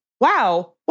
wow